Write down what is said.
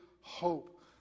hope